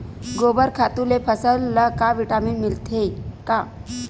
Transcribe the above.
गोबर खातु ले फसल ल का विटामिन मिलथे का?